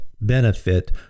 benefit